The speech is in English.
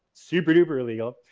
super-duper illegal.